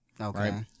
Okay